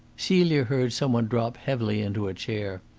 celia heard some one drop heavily into a chair.